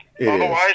Otherwise